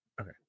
Okay